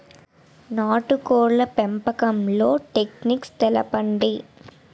నాటుకోడ్ల పెంపకంలో టెక్నిక్స్ తెలుపండి?